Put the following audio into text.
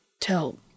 tell